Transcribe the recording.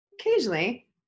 Occasionally